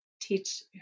teach